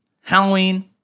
Halloween